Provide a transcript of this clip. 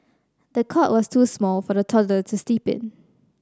the cot was too small for the toddler to sleep in